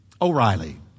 O'Reilly